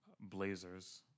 Blazers